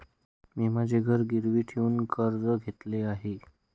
मी माझे घर गिरवी ठेवून कर्ज घेतले आहे